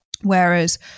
Whereas